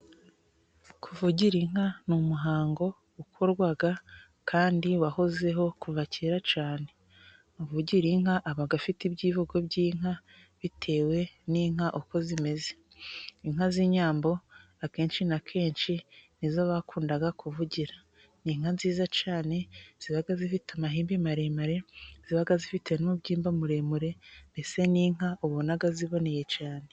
Kuvugira inka ni umuhango ukorwa, kandi wahozeho kuva kera cyane. Uvugira inka aba afite ibyivugo by'inka, bitewe n'inka uko zimeze. Inka z'inyambo akenshi na kenshi, nizo bakundaga kuvugira. Ni inka nziza cyane, ziba zifite amahembe maremare, ziba zifite n'umubyimba muremure, mbese ni inka ubona ziboneye cyane.